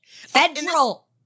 federal